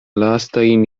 lastajn